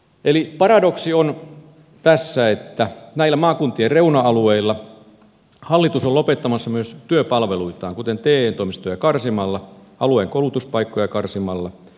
eli paradoksi on tässä että näillä maakuntien reuna alueilla hallitus on lopettamassa myös työpalveluitaan kuten te toimistoja karsimalla alueen koulutuspaikkoja karsimalla